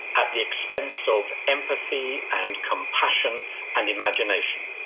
at the expense of empathy and compassion and imagination.